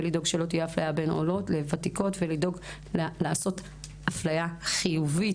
ולדאוג שלא תהיה אפליה בין עולות לוותיקות ולדאוג לעשות אפליה חיובית